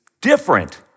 different